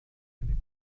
cookies